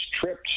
tripped